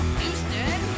Houston